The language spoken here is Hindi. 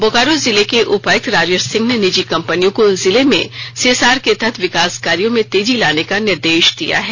बोकारो जिले के उपायुक्त राजेश सिंह ने निजी कंपनियों को जिले में सीएसआर के तहत विकास कार्यों में तेजी लाने का निर्देश दिया है